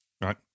Right